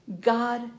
God